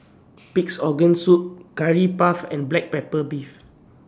Pig'S Organ Soup Curry Puff and Black Pepper Beef